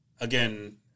again